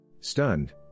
Stunned